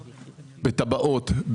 בתב"עות,